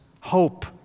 hope